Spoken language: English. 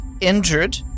injured